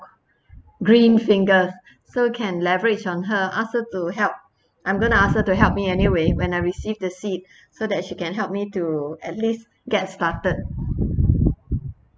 green fingers so can leverage on her ask her to help I'm going to ask her to help me anyway when I received the seed so that she can help me to at least get started